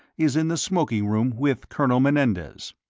is in the smoking-room with colonel menendez.